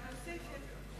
שאלה נוספת: